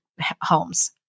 homes